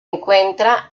encuentra